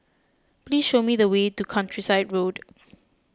please show me the way to Countryside Road